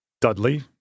Dudley